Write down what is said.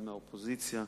אחד מהאופוזיציה.